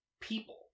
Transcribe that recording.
people